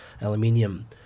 aluminium